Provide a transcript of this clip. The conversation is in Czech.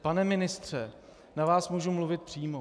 Pane ministře, na vás mohu mluvit přímo.